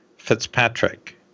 Fitzpatrick